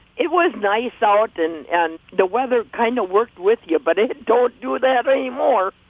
it was nice out, and and the weather kind of worked with you. but it don't do that anymore